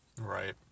Right